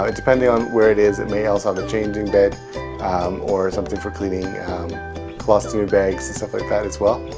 ah depending on where it is, it may also have the changing bed or something for cleaning colostomy bags and stuff like that as well